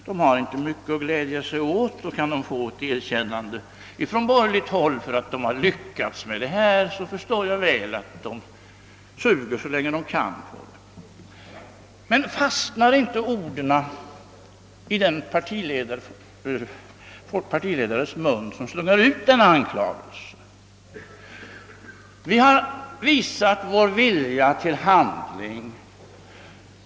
De har inte mycket att glädja sig åt, och om de kan få ett erkännande från borgerligt håll av att de lyckats i detta fall, förstår jag väl att de suger på denna godbit så länge de kan. Men fastnar inte orden i munnen på den folkpartiledare som slungar ut denna anklagelse? Vi har visat vår vilja till handling.